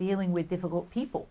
ailing with difficult people